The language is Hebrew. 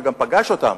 שגם פגש אותם,